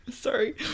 Sorry